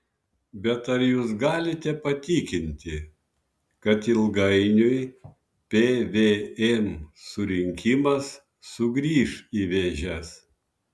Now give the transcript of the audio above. bet ar jūs galite patikinti kad ilgainiui pvm surinkimas sugrįš į vėžes